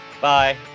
Bye